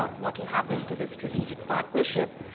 ah what'll happen to the strategic partnership.